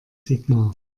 sigmar